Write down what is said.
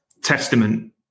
Testament